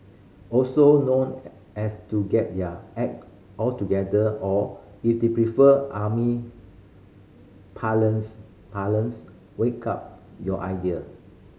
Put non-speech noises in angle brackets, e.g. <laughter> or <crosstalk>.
also known <unintelligible> as to get your act or together or if you prefer army parlance parlance wake up your idea